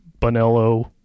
Bonello